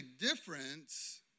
difference